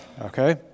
Okay